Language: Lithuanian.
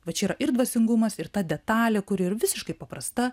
va čia yra ir dvasingumas ir ta detalė kuri yra visiškai paprasta